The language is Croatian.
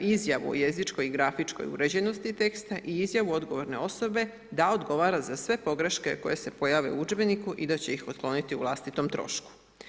Izjavu jezičkoj i grafičkoj uređenosti teksta i izjavu odgovorne osobe da odgovara za sve pogreške koje se pojave u udžbeniku i da će ih otkloniti o vlastitom trošku.